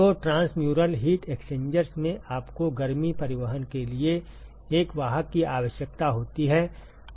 तो transmural heat exchangers में आपको गर्मी परिवहन के लिए एक वाहक की आवश्यकता होती है